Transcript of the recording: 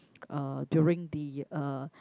uh during the uh